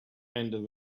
and